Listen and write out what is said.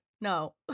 No